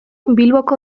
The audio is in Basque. bilboko